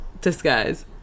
disguise